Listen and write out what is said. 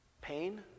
Pain